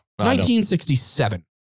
1967